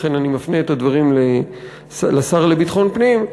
לכן אני מפנה את הדברים לשר לביטחון הפנים,